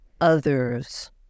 others